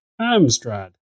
Amstrad